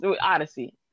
Odyssey